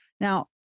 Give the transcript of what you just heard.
now